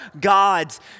God's